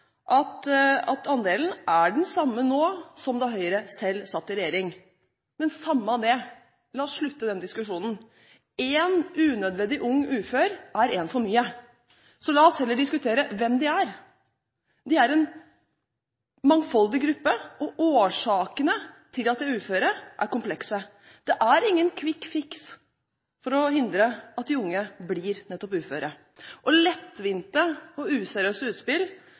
at andelen er den samme nå som da Høyre selv satt i regjering. Men samme det, la oss slutte den diskusjonen – én unødvendig ung ufør er én for mye. La oss heller diskutere hvem de er. De er en mangfoldig gruppe, og årsakene til at de er uføre, er komplekse. Det er ingen «quick fix» for å hindre at de unge blir uføre. Lettvinte og useriøse utspill,